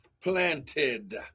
planted